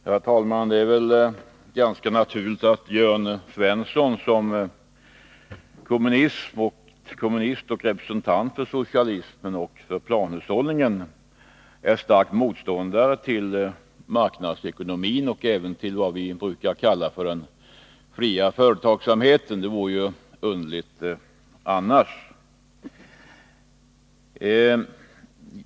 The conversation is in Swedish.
Herr talman! Det är väl ganska naturligt att Jörn Svensson som kommunist Näringspolitiken och representant för socialismen och planhushållningen är stark motståndare till marknadsekonomin och även till vad vi brukar kalla den fria företagsamheten. Det vore underligt annars.